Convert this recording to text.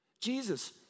Jesus